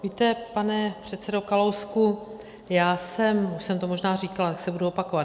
Víte, pane předsedo Kalousku, už jsem to možná říkala, tak se budu opakovat.